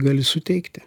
gali suteikti